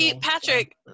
Patrick